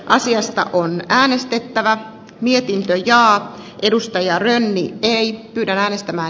asiasta on äänestettävä vietti ajaa edustaja rönni tein kannatan ed